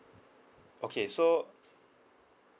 okay so